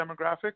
demographics